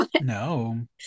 No